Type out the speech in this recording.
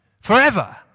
forever